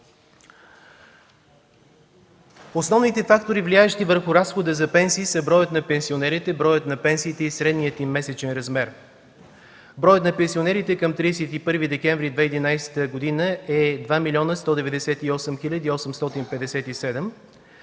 Основните фактори, влияещи върху разхода за пенсии са броят на пенсионерите, броят на пенсиите и средният им месечен размер. Броят на пенсионерите към 31 декември 2011 г. е 2 млн. 198 хил. 857. Лични